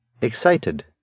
Excited